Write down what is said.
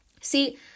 See